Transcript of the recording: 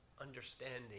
understanding